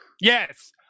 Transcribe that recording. Yes